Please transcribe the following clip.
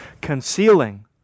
concealing